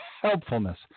helpfulness